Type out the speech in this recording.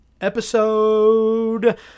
episode